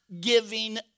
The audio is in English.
giving